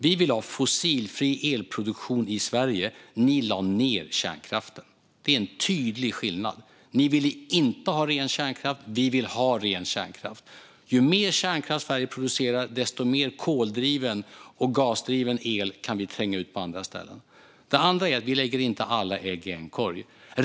Vi vill ha fossilfri elproduktion i Sverige; ni lade ned kärnkraften. Det är en tydlig skillnad. Ni ville inte ha ren kärnkraft, och vi vill ha ren kärnkraft. Ju mer kärnkraft Sverige producerar desto mer koldriven och gasdriven el kan vi tränga ut på andra ställen. Det andra är att vi inte lägger alla ägg i en korg.